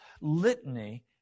litany